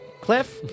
cliff